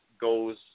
goes